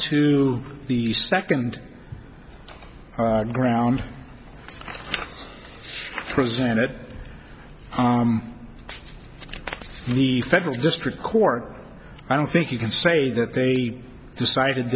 to the second ground presented the federal district court i don't think you can say that they decided